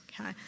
okay